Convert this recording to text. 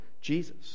Jesus